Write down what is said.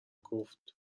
گفت